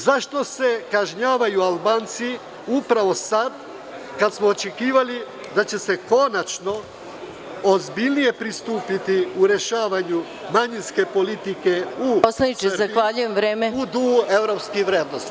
Zašto se kažnjavaju Albanci upravo sad kad smo očekivali da će se konačno ozbiljnije pristupiti rešavanju manjinske politike u duhu evropskih vrednosti?